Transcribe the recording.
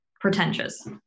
pretentious